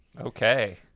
Okay